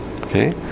Okay